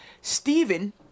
Stephen